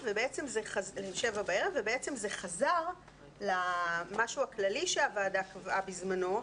ובעצם זה חזר למשהו הכללי שהוועדה קבעה בזמנו,